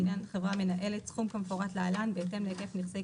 הסכום הבסיסי לעניין בעל רישיון